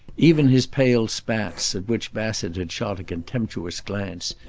even his pale spats, at which bassett had shot a contemptuous glance,